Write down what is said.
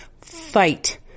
fight